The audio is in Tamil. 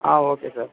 ah okay sir